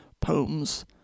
poems